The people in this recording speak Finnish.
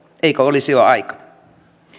eikö olisi jo aika